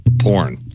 porn